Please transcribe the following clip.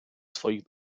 swoich